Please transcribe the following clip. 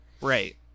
Right